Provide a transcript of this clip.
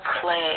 play